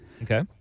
Okay